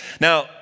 Now